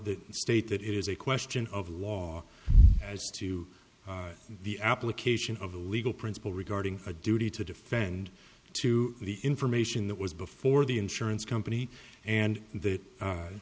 the state that it is a question of law as to the application of the legal principle regarding a duty to defend to the information that was before the insurance company and that